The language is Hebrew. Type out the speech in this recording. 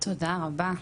תודה רבה.